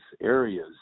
areas